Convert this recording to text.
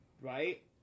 right